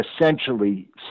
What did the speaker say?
essentially